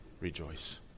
Rejoice